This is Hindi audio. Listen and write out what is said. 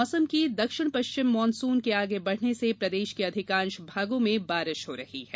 मौसम दक्षिण पश्चिम मानसून के आगे बढ़ने से प्रदेश के अधिकांश भागों में बारिश हो रही है